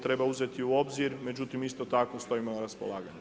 Treba uzeti u obzir, međutim, isto tako stojim na raspolaganju.